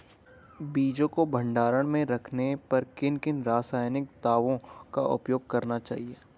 बीजों को भंडारण में रखने पर किन किन रासायनिक दावों का उपयोग करना चाहिए?